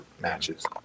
matches